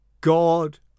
God